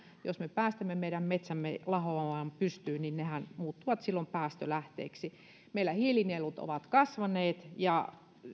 jos me päästämme meidän metsämme lahoamaan pystyyn niin nehän muuttuvat silloin päästölähteiksi meillä hiilinielut ovat kasvaneet ja